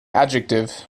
adjective